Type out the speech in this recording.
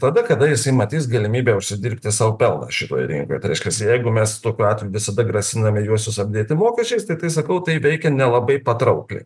tada kada jisai matys galimybę užsidirbti sau pelną šitoj rinkoj tai reiškias jeigu mes tokiu atveju visada grasiname juos visus apdėti mokesčiais tai tai sakau tai veikia nelabai patraukliai